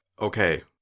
okay